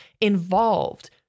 involved